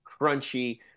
crunchy